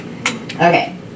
Okay